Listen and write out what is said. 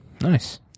Nice